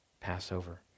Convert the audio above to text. Passover